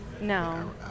No